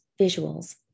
visuals